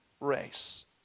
race